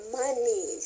money